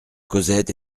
cosette